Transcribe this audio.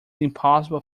impossible